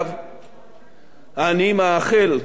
אני מאחל הצלחה